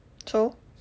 so